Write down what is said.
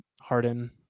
Harden